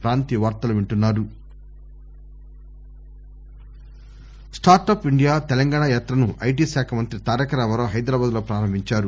desk KTR start up India Telangana యాత్రను IT శాఖ మంత్రి తారక రామారావు హైదరాబాద్ లో ప్రారంభించారు